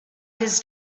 his